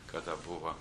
kada buvo